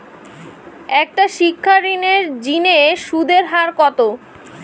একটা শিক্ষা ঋণের জিনে সুদের হার কত?